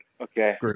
okay